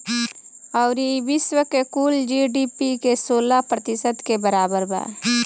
अउरी ई विश्व के कुल जी.डी.पी के सोलह प्रतिशत के बराबर बा